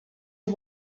you